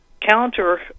counter